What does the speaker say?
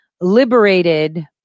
liberated